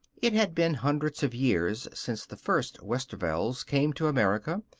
it had been hundreds of years since the first westervelds came to america,